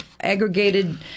aggregated